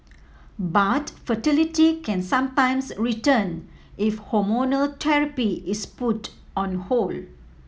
but fertility can sometimes return if hormonal therapy is put on hold